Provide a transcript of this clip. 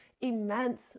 immense